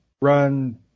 run